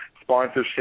sponsorship